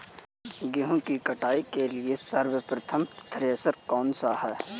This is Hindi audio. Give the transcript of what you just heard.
गेहूँ की कुटाई के लिए सर्वोत्तम थ्रेसर कौनसा है?